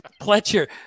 Pletcher